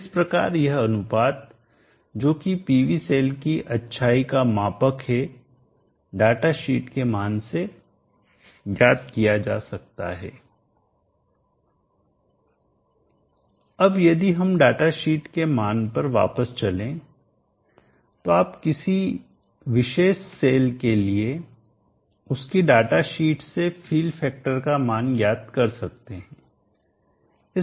इस प्रकार यह अनुपात जो कि PV सेल की अच्छाई का मापक है डाटा शीट के मान से ज्ञात किया जा सकता है अब यदि हम डाटा शीट के मान पर वापस चलें तो आप किसी विशेष सेल के लिए उसकी डाटा शीट से फील फैक्टर का मान ज्ञात कर सकते हैं